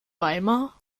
weimar